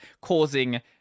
causing